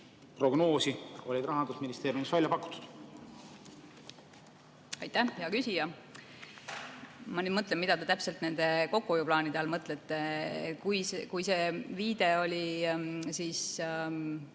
prognoosi olid Rahandusministeeriumis välja pakutud? Aitäh, hea küsija! Ma nüüd mõtlen, mida täpselt te nende kokkuhoiuplaanide all mõtlete. Kui viide oli riigi